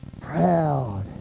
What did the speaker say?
Proud